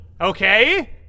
Okay